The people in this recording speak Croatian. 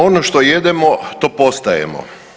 Ono što jedemo to postajemo.